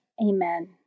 Amen